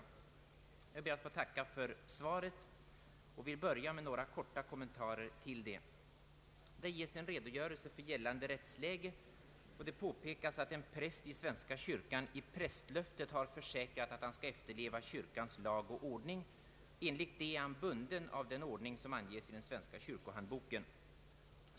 Jag ber att få tacka för svaret och vill börja med några korta kommentarer till det. Där ges en redogörelse för gällande rättsläge, och det påpekas att en präst i svenska kyrkan i prästlöftet har försäkrat att han skall efterleva kyrkans lag och ordning. Enligt det löftet är han bunden av den ordning som anges i den svenska kyrkohandboken.